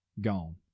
gone